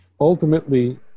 ultimately